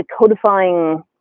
codifying